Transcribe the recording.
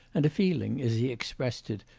and a feeling, as he expressed it,